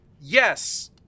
Yes